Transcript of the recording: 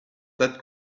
that